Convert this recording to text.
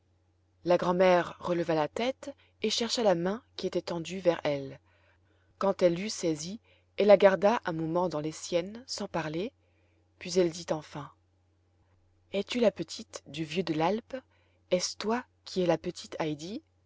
la grand'mère releva la tête et chercha la main qui était tendue vers elle quand elle l'eut saisie elle la garda un moment dans les siennes sans parler puis elle dit enfin es-tu la petite du vieux de l'àlpe est-ce toi qui es la petite